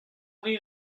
rae